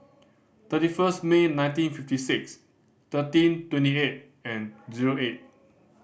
thirty first May nineteen fifty six thirteen twenty eight and zero eight